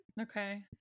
Okay